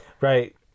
Right